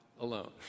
alone